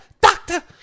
doctor